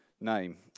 name